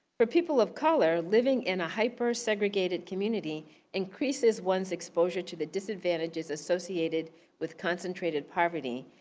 for people of color, living in a hypersegregated community increases one's exposure to the disadvantages associated with concentrated poverty.